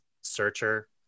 searcher